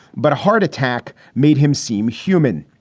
but a heart attack made him seem human.